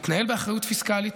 להתנהל באחריות פיסקלית,